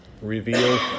reveal